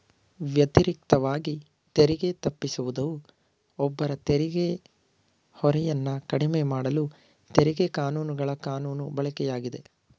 ವ್ಯತಿರಿಕ್ತವಾಗಿ ತೆರಿಗೆ ತಪ್ಪಿಸುವುದು ಒಬ್ಬರ ತೆರಿಗೆ ಹೊರೆಯನ್ನ ಕಡಿಮೆಮಾಡಲು ತೆರಿಗೆ ಕಾನೂನುಗಳ ಕಾನೂನು ಬಳಕೆಯಾಗಿದೆ